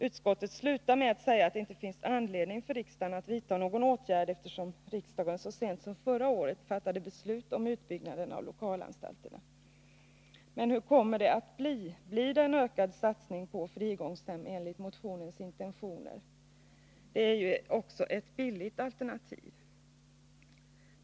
Utskottet slutar med att säga att det inte finns anledning för riksdagen att vidta någon åtgärd, eftersom riksdagen så sent som förra året fattade beslut om utbyggnaden av lokalanstalterna. Men hur kommer det att bli? Blir det en ökad satsning på frigångshem enligt motionens intentioner? Det är ju ett billigt alternativ.